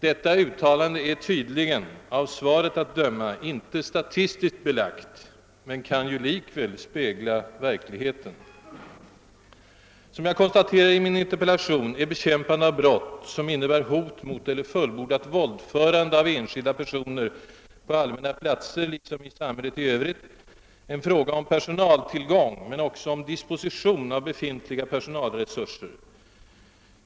Detta uttalande är tydligen, av interpellationssvaret att döma, inte statistiskt belagt men kan likväl spegla verkligheten. Som jag konstaterade i min interpellation är bekämpandet av brott, som innebär hot mot eller fullbordat våldförande av enskilda personer på allmänna platser liksom i samhället i övrigt, en fråga om personaltillgång men också om disposition av befintliga per sonalresurser.